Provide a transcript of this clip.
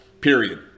Period